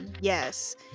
yes